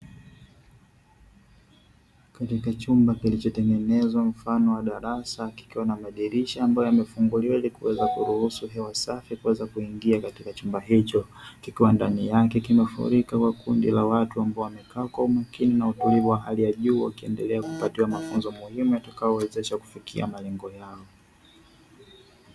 Katika chumba kilichotengenezwa mfano wa darasa kikiwa na madirisha ambayo yamefunguliwa ili kuweza kuruhusu hewa safi kuweza kuingia katika chumba hicho, kikiwa ndani yake kimefurika kwa kundi la watu ambao wamekaa kwa umakini na utulivu wa hali ya juu wakiendelea kupatiwa mafunzo muhimu yatakayowawezesha kufikia malengo yao.